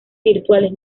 virtuales